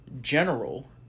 general